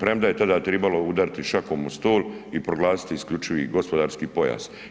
premda je tada tribalo udariti šakom od stol i proglasiti isključivi gospodarski pojas.